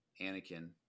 Anakin